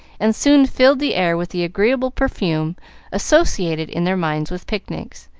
and soon filled the air with the agreeable perfume associated in their minds with picnics,